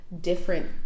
different